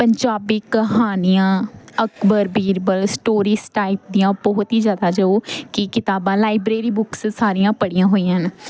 ਪੰਜਾਬੀ ਕਹਾਣੀਆਂ Akbar Birbal stories type ਦੀਆਂ ਬਹੁਤ ਹੀ ਜ਼ਿਆਦਾ ਜੋ ਕਿ ਕਿਤਾਬਾਂ ਲਾਈਬ੍ਰੇਰੀ ਬੁੱਕਸ ਸਾਰੀਆਂ ਪੜ੍ਹੀਆਂ ਹੋਈਆਂ ਨੇ